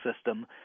system